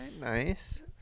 Nice